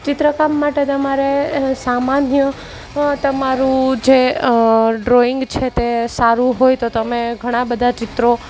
ચિત્રકામ માટે તમારે સામાન્ય તમારું જે ડ્રોઈંગ છે તે સારું હોય તો તમે ઘણાબધા ચિત્રો